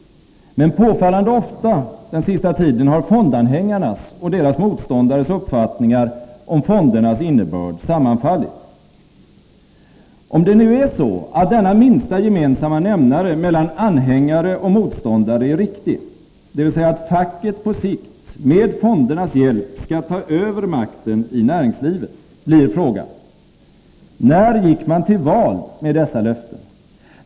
Men påfallande ofta den sista tiden har fondanhängarnas och deras motståndares uppfattningar om fondernas innebörd sammanfallit. Om det nu är så att denna minsta gemensamma nämnare mellan anhängare och motståndare är riktig, dvs. att facket på sikt med fondernas hjälp skall ta över makten i näringslivet, blir frågan: När gick man till val med dessa löften?